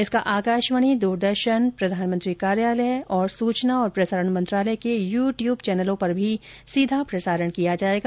इसका आकाशवाणी द्रदर्शन प्रधानमंत्री कार्यालय तथा सूचना और प्रसारण मंत्रालय के यूट्यूब चैनलों पर भी सीधा प्रसारण किया जाएगा